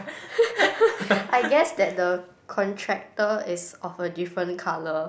I guess that the contractor is of a different colour